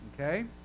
Okay